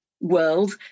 world